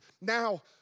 now